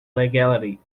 legality